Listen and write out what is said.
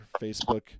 Facebook